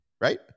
right